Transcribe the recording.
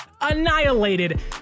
annihilated